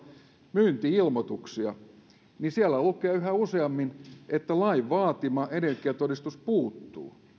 myynti ilmoituksia siellä lukee yhä useammin että lain vaatima energiatodistus puuttuu